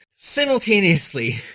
simultaneously